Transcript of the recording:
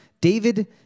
David